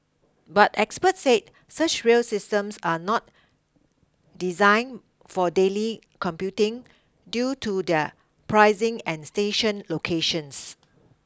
but experts said such rail systems are not designed for daily commuting due to their pricing and station locations